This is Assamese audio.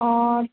অ